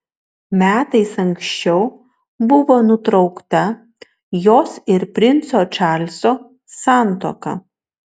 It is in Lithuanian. metais anksčiau buvo nutraukta jos ir princo čarlzo santuoka